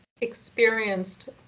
experienced